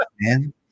man